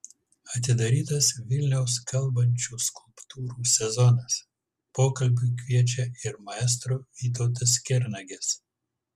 atidarytas vilniaus kalbančių skulptūrų sezonas pokalbiui kviečia ir maestro vytautas kernagis